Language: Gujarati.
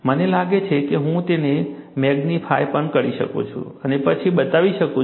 મને લાગે છે કે હું તેને મેગનીફાય પણ કરી શકું છું અને પછી બતાવી શકું છું